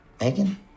Megan